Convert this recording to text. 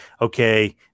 okay